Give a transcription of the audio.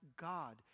god